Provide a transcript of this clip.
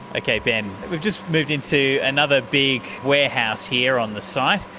okay ben, we've just moved into another big warehouse here on the site.